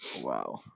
Wow